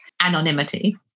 anonymity